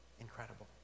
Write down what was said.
incredible